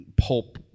pulp